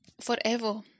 forever